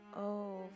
Oh